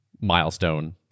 milestone